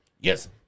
Yes